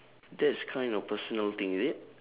that's kind of personal thing is it